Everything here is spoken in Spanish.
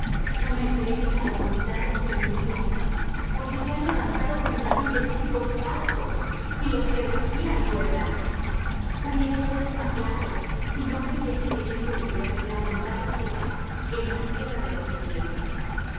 no me entregues á la voluntad de mis enemigos porque se han levantado contra mí testigos falsos y los que respiran crueldad hubiera yo desmayado si no creyese que tengo de ver la bondad de jehová en la tierra de los vivientes